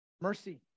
mercy